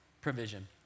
provision